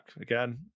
again